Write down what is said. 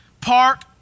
park